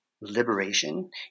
liberation